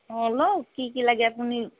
অ' লওক কি কি লাগে আপুনি